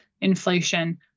inflation